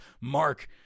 Mark